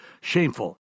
Shameful